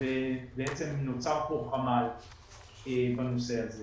ובעצם נוצר כאן חמ"ל בנושא הזה.